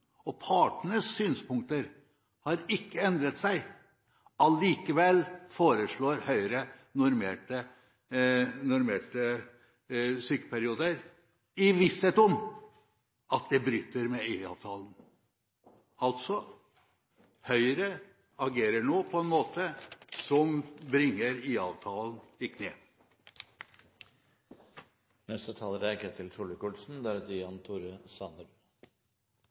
og partenes synspunkter har ikke endret seg. Allikevel foreslår Høyre normerte sykeperioder, i visshet om at det bryter med IA-avtalen. Altså: Høyre agerer nå på en måte som bringer